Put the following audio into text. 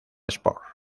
sports